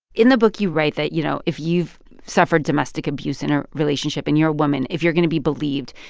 in the book, you write that, you know, if you've suffered domestic abuse in a relationship and you're a woman, if you're going to be believed,